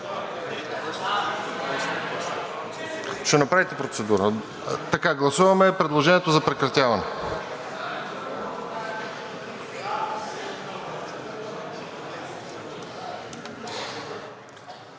Ще направите процедура. Гласуваме предложението за прекратяване.